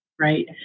right